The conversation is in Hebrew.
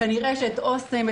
את אוסם,